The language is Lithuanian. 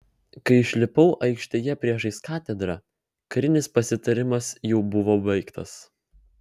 kai išlipau aikštėje priešais katedrą karinis pasitarimas jau buvo baigtas